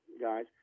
guys